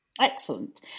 Excellent